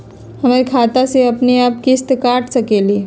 हमर खाता से अपनेआप किस्त काट सकेली?